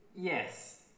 Yes